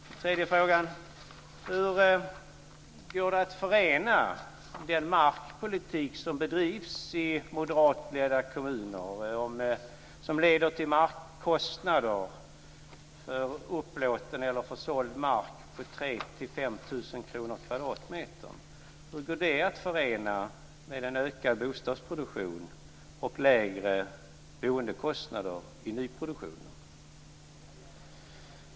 Min tredje fråga är: Hur går det att förena den markpolitik som bedrivs i moderatledda kommuner, och som leder till markkostnader för upplåten eller försåld mark på 3 000-5 000 kr per kvadratmeter, med en ökad bostadsproduktion och lägre boendekostnader i nyproduktionen?